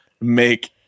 make